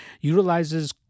utilizes